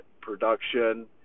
production